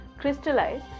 crystallize